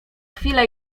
chwilę